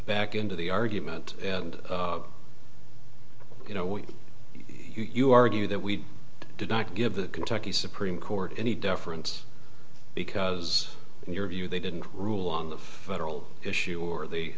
back into the argument and you know you argue that we did not give the kentucky supreme court any difference because in your view they didn't rule on the federal issue or